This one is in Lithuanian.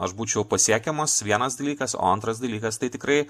aš būčiau pasiekiamas vienas dalykas o antras dalykas tai tikrai